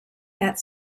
that